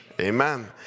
Amen